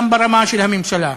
גם ברמה של הממשלה.